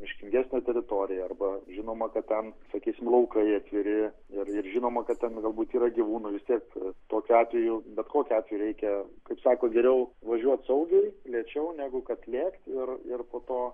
miškingesnė teritorija arba žinoma kad ten sakysim laukai atviri ir ir žinoma kad ten galbūt yra gyvūnų vis tiek tokiu atveju bet kokiu atveju reikia kaip sako geriau važiuot saugiai lėčiau negu kad lėkt ir ir po to